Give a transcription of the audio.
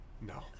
no